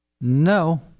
No